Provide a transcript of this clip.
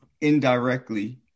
indirectly